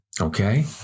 Okay